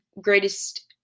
greatest